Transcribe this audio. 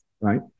Right